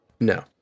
No